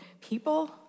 people